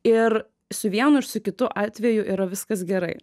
ir su vienu ir su kitu atveju yra viskas gerai